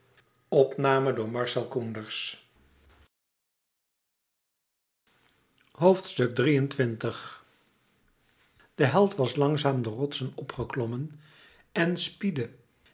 de held was langzaam de rotsen op geklommen en spiedde